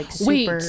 Wait